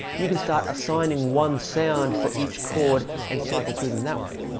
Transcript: you can start assigning one sound for each chord and cycle through them that way.